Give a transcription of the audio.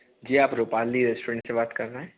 जी आप रुपाली रेस्टोरेंट से बात कर रहें हैं